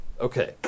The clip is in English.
Okay